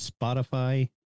Spotify